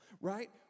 right